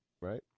right